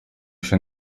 się